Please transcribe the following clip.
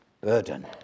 burden